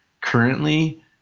currently